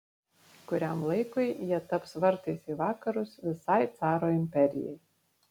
kuriam laikui jie taps vartais į vakarus visai caro imperijai